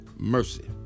mercy